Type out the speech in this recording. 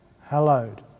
hallowed